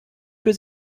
für